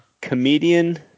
Comedian